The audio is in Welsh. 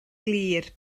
glir